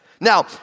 Now